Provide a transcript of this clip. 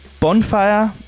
Bonfire